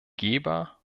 geber